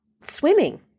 swimming